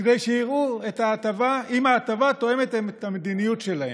כדי שיראו אם ההטבה תואמת את המדיניות שלהם.